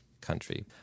country